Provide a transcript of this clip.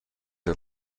are